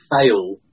fail